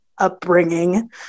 upbringing